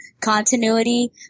continuity